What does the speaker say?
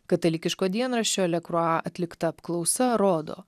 katalikiško dienraščio lekrua atlikta apklausa rodo